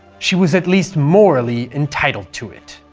she was at least morally, entitled to it.